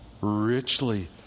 Richly